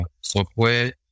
software